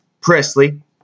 Presley